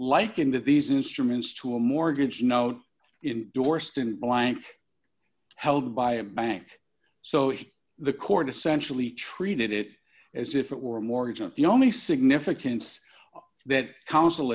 like into these instruments to a mortgage note indorsed in blank held by a bank so the court essentially treated it as if it were a mortgage and the only significance that coun